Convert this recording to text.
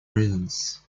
reasons